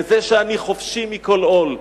בזה שאני חופשי מכל עול,